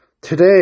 today